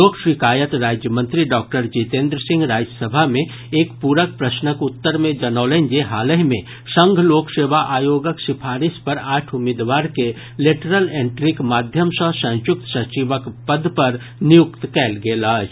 लोक शिकायत राज्यमंत्री डॉक्टर जितेन्द्र सिंह राज्यसभा मे एक पूरक प्रश्नक उत्तर मे जनौलनि जे हालाहि मे संघ लोक सेवा आयोगक सिफारिश पर आठ उम्मीदवार के लेटरल एंट्रीक माध्यम सॅ संयुक्त सचिवक पद पर नियुक्त कयल गेल अछि